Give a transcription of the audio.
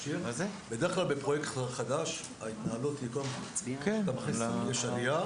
ההתנהלות היא כך שקודם כל יש עלייה,